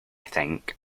think